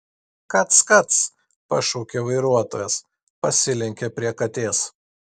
kac kac pašaukė vairuotojas pasilenkė prie katės